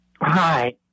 Hi